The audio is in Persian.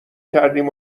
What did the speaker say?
کردیم